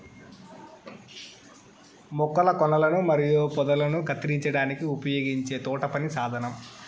మొక్కల కొనలను మరియు పొదలను కత్తిరించడానికి ఉపయోగించే తోటపని సాధనం